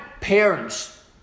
parents